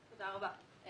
תודה רבה.